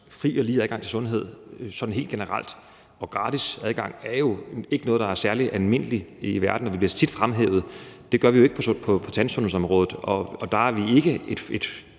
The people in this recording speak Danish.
og gratis adgang til sundhed sådan helt generelt jo ikke er noget, som er særlig almindeligt i verden, og vi bliver tit fremhævet. Det gør vi jo ikke på tandsundhedsområdet, og der er vi ikke en